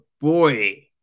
boy